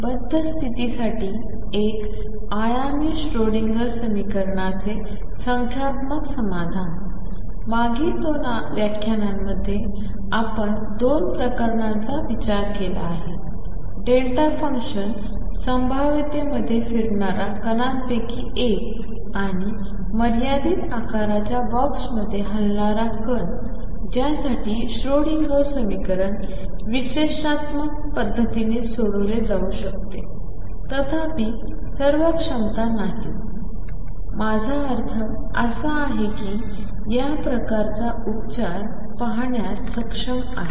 बद्ध स्तिथी साठी एक आयामी श्रोडिंगर समीकरणाचे संख्यात्मक समाधान I मागील 2 व्याख्यानांमध्ये आपण 2 प्रकरणांचा विचार केला आहे डेल्टा फंक्शन संभाव्यतेमध्ये फिरणारा कणांपैकी एक आणि मर्यादित आकाराच्या बॉक्समध्ये हलणारा कण ज्यासाठी श्रोडिंगर समीकरण विश्लेषणात्मक पद्धतीने सोडवले जाऊ शकते तथापि सर्व क्षमता नाहीत माझा अर्थ असा आहे की या प्रकारचा उपचार पाहण्यास सक्षम आहे